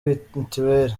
mituweli